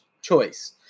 choice